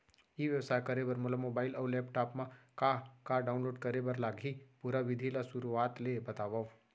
ई व्यवसाय करे बर मोला मोबाइल अऊ लैपटॉप मा का का डाऊनलोड करे बर लागही, पुरा विधि ला शुरुआत ले बतावव?